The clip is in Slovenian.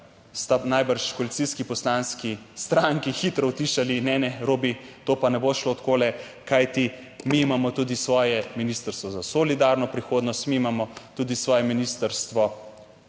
sta najbrž koalicijski poslanski stranki hitro utišali, ne, ne, Robi, to pa ne bo šlo takole, kajti mi imamo tudi svoje ministrstvo za solidarno prihodnost, mi imamo tudi svoje ministrstvo